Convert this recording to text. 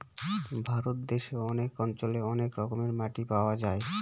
ভারত দেশে অনেক অঞ্চলে অনেক রকমের মাটি পাওয়া যায়